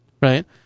Right